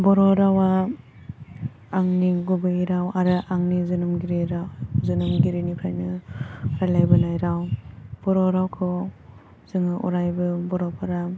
बर' रावा आंनि गुबै राव आरो आंनि जोनोमगिरि राव जोनोमगिरिनिफ्रायनो रायलायबोनाय राव बर' रावखौ जों अरायबो बर'फोरा